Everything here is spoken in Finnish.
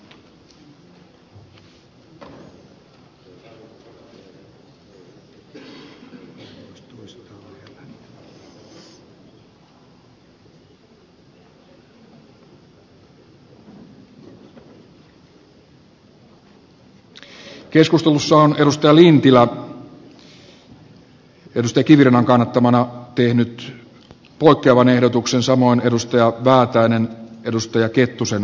mika lintilä on esko kivirannan kannattamana tehnyt potevan ehdotuksen samoin edustaja väätäinen edustaja kettusen